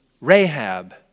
Rahab